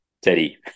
Teddy